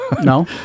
no